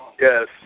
yes